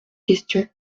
question